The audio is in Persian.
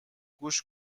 گوش